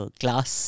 class